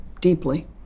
deeply